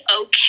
okay